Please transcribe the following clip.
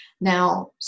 Now